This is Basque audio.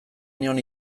nion